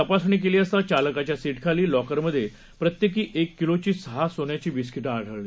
तपासणीकेलीअसताचालकाच्यासीटखालीलॉकरमधेप्रत्येकीएककिलोचीसहासोन्याचीबिस्किटेआढळली